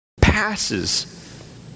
passes